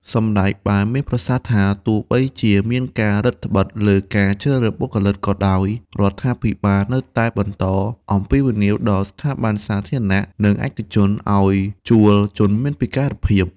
សម្តេចបានមានប្រសាសន៍ថា “ទោះបីជាមានការរឹតត្បិតលើការជ្រើសរើសបុគ្គលិកក៏ដោយ រដ្ឋាភិបាលនៅតែបន្តអំពាវនាវដល់ស្ថាប័នសាធារណៈនិងឯកជនឱ្យជួលជនមានពិការភាព។